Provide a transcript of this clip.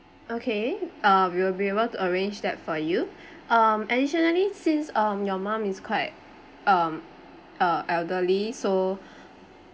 okay uh we'll be able to arrange that for you um additionally since um your mom is quite um uh elderly so